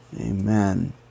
Amen